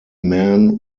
men